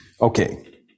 Okay